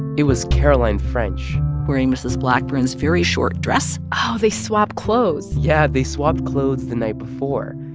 it was caroline french wearing mrs. blackburn's very short dress oh, they swapped clothes yeah, they swapped clothes the night before.